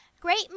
great